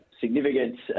significant